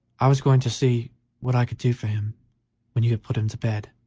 i was going to see what i could do for him when you had put him to bed.